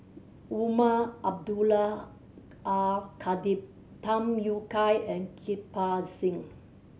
Umar Abdullah Al Khatib Tham Yui Kai and Kirpal Singh